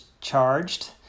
charged